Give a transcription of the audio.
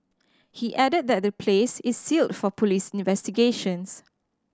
he added that the place is sealed for police investigations